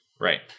Right